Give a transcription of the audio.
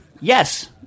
Yes